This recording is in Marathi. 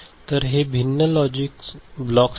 तर हे भिन्न लॉजिक ब्लॉक्स आहेत